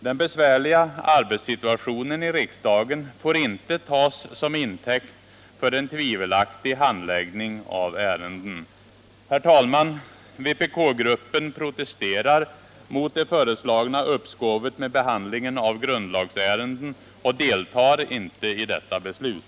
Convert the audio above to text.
Den besvärliga arbetssituationen i riksdagen får inte tas till intäkt för en tvivelaktig handläggning av ärendena. Herr talman! Vpk-gruppen protesterar mot det föreslagna uppskovet med behandlingen av grundlagsärenden och deltar inte i detta beslut.